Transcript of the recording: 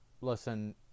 listen